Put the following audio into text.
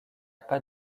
pas